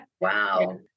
Wow